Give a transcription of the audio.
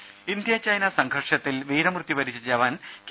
രുദ India China സംഘർഷത്തിൽ വീരമൃത്യു വരിച്ച ജവാൻ കെ